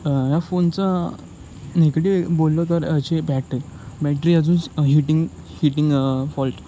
ह्या फोनचा निगेटिव बोलल तर हची बॅटरी बॅटरी अजून हिटिंग हिटिंग फॉल्ट